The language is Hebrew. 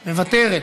מוותרת.